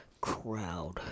crowd